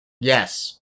Yes